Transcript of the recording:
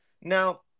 Now